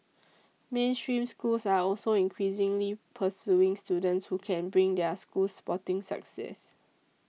mainstream schools are also increasingly pursuing students who can bring their schools sporting success